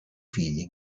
figli